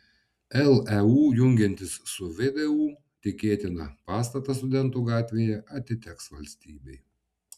leu jungiantis su vdu tikėtina pastatas studentų gatvėje atiteks valstybei